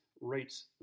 rates